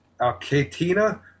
Alcatina